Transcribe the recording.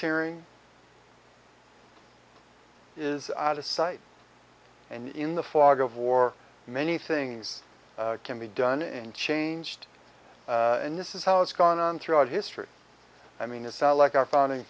ering is out of sight and in the fog of war many things can be done and changed and this is how it's gone on throughout history i mean it sounds like our founding